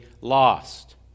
lost